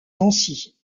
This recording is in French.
nancy